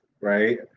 right